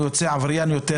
הוא יוצא עבריין יותר